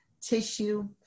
tissue